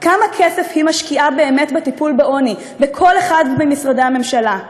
כמה כסף היא משקיעה באמת בטיפול בעוני בכל אחד ממשרדי הממשלה.